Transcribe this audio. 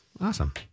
Awesome